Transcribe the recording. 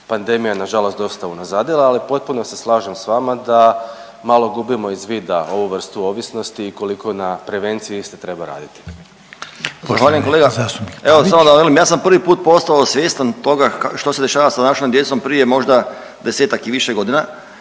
pandemija nažalost dosta unazadila, ali potpuno se slažem s vama da malo gubimo iz vida ovu vrstu ovisnosti i koliko na prevenciji isto treba raditi.